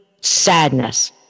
sadness